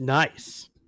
Nice